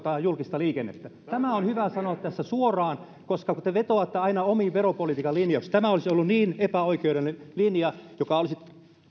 julkista liikennettä maksamaan tämän melkein miljardin potin tämä on hyvä sanoa tässä suoraan koska te vetoatte aina omiin veropolitiikan linjauksiinne ja tämä olisi ollut niin epäoikeudenmukainen linja joka olisi